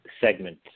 segment